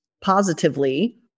positively